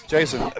Jason